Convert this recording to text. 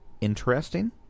interesting